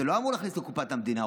זה לא אמור להכניס לקופת המדינה,